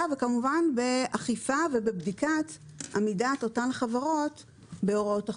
וכמובן באכיפה ובבדיקת עמידת אותן חברות בהוראות החוק.